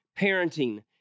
parenting